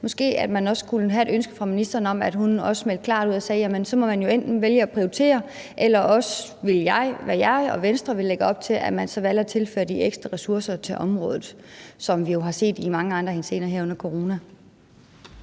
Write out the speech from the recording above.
måske kunne man have det ønske til ministeren om, at hun meldte klart ud og sagde, at så må man jo vælge og prioritere, eller også må man, som jeg og Venstre vil lægge op til, vælge at tilføre de ekstra ressourcer til området, sådan som vi jo har set det i mange andre henseender her under corona.